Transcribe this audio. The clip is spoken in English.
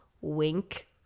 wink